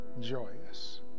joyous